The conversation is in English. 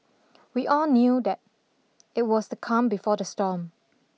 we all knew that it was the calm before the storm